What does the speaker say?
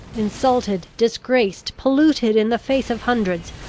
insulted, disgraced, polluted in the face of hundreds,